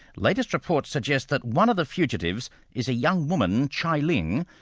latest reports suggest that one of the fugitives is a young woman, chai lin,